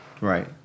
Right